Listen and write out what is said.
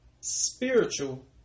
Spiritual